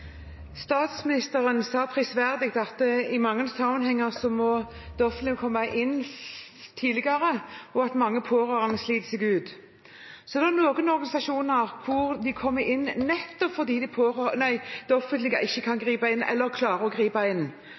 Statsministeren sa prisverdig at i mange sammenhenger må det offentlig komme inn tidligere, og at mange pårørende sliter seg ut. Noen organisasjoner kommer inn nettopp fordi det offentlige ikke kan eller ikke klarer å gripe inn.